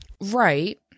Right